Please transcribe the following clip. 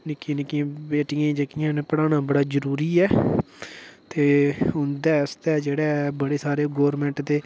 निक्कियें निक्कियें बेटियें जेह्कियां न पढ़ाना बड़ा जरूरी ऐ ते उं'दे आस्तै जेह्ड़े बड़े सारे गोरमेन्ट दे